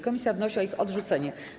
Komisja wnosi o ich odrzucenie.